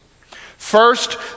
First